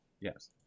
Yes